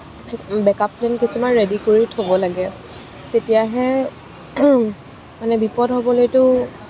back up plan কিছুমান ready কৰি থ'ব লাগে তেতিয়াহে মানে বিপদ হ'বলৈতো